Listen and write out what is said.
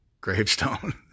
gravestone